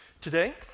Today